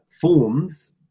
forms